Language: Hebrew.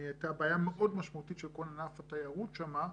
הייתה בעיה מאוד משמעותית של כל ענף התיירות שם,